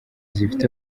zifite